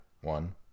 one